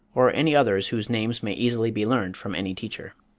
or any others whose names may easily be learned from any teacher.